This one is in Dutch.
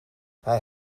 hij